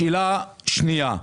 שאלה שנייה,